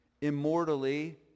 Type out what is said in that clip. immortally